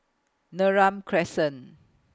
Neram Crescent